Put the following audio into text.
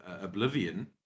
Oblivion